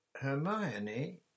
Hermione